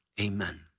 Amen